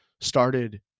started